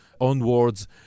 onwards